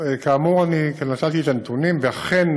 כאמור, אני כאן נתתי את הנתונים ואכן,